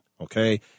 Okay